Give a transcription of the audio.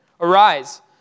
Arise